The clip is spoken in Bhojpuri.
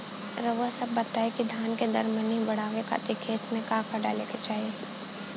रउआ सभ बताई कि धान के दर मनी बड़ावे खातिर खेत में का का डाले के चाही?